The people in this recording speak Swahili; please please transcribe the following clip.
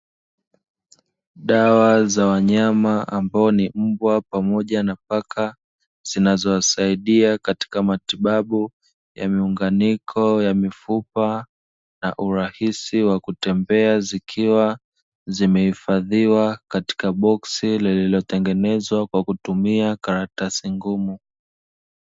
Dawa za wanyama ambao ni mbwa pamoja na paka, zinazowasaidia katika matibabu ya miunganiko ya mifupa na urahisi wa kutembea, zikiwa zimehifadhiwa katika boksi lililotengenezwa kwa kutumia karatasi ngumu.